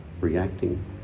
reacting